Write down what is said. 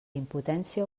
impotència